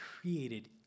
created